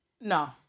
No